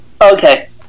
Okay